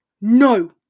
No